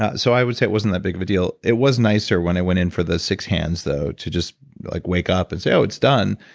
ah so i would say it wasn't that big of a deal. it was nicer when it went in for the six hands though to just like wake up and say, oh it's done.